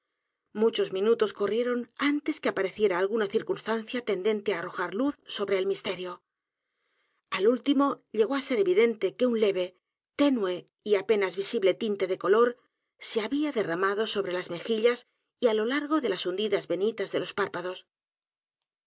muchos minutos corrieron antes que apareciera alguna circunstancia tendente á arrojar luz sobre el misterio al último llegó á ser evidente que un leve tenue y apenas visible tinte de color se había derramado sobre las mejillas y á lo largo de las hundidas venitas de los párpados